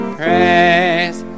praise